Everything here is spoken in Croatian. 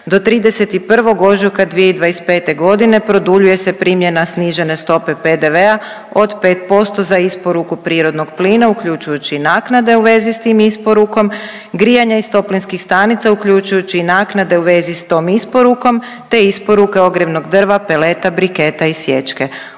do 31. ožujka 2025. godine produljuje se primjena snižene stope PDV-a od 5% za isporuku prirodnog plina uključujući i naknade u vezi s tim isporukom, grijanja iz toplinskih stanica uključujući i naknade u vezi sa tom isporukom, te isporuke ogrjevnog drva, peleta, briketa i sječke.